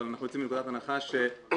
אבל אנחנו יוצאים מנקודת הנחה שהרשות